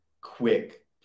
quick